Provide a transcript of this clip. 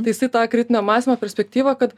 tai jisai tą kritinio mąstymo perspektyvą kad